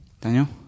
Daniel